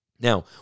Now